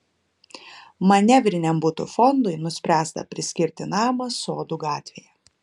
manevriniam butų fondui nuspręsta priskirti namą sodų gatvėje